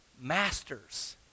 masters